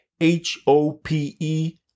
H-O-P-E